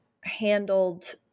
handled